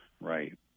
Right